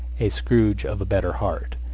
a scrooge of a better heart,